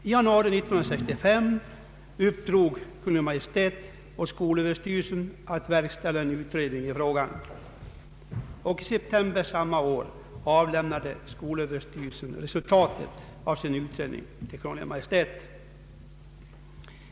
I januari 1965 uppdrog Kungl. Maj:t åt skolöverstyrelsen att verkställa en utredning i frågan, och i september samma år avlämnade skolöverstyrelsen resultatet av sin utredning till Kungl. Maj:t.